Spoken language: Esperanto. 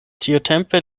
tiutempe